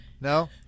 No